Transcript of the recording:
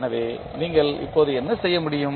எனவே நீங்கள் இப்போது என்ன செய்ய முடியும்